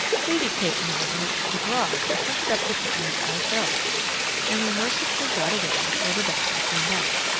sadie kate and i went out to the garage and hunted up the kittens ourselves and we mercifully got away before the doctor came back.